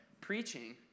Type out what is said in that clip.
preaching